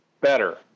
better